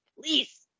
Please